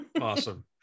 awesome